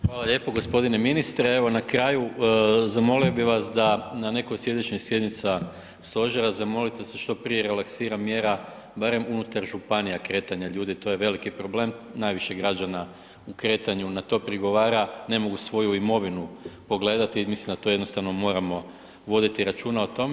Hvala lijepo g. ministre, evo na kraju zamolio bi vas da na nekoj od slijedećih sjednica stožera zamolite da se što prije relaksira mjera barem unutar županija kretanja ljudi, to je veliki problem, najviše građana u kretanju na to prigovara, ne mogu svoju imovinu pogledati, mislim da to jednostavno moramo voditi računa o tome.